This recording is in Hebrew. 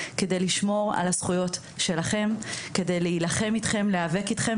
כדי לשמור על הזכויות שלכם; כדי להילחם איתכם ולהיאבק איתכם,